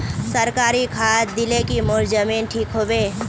सरकारी खाद दिल की मोर जमीन ठीक होबे?